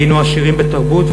היינו עשירים בתרבות,